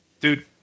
Dude